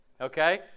okay